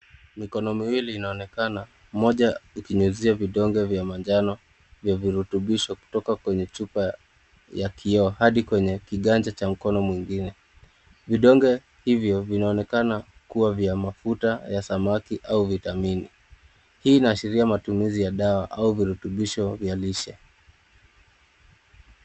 Mikono miwili inaonekana, moja ikinyunyizia vidonge vya manjano vya virutubisho kutoka kwenye chupa ya kioo hadi kwenye kiganja cha mkono mwingine. Vidonge hivyo vinaonekana kuwa vya mafuta ya samaki au vitamini. Hii inaashiria matumizi ya dawa au virutubisho vya lishe.